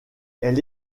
elle